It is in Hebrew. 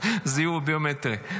זיהוי ביומטרי.